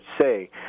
say